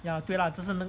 ya 对 lah 这是